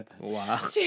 Wow